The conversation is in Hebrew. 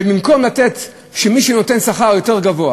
במקום שמי שנותן שכר יותר גבוה